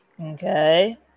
Okay